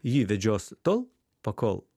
jį vedžios tol pakol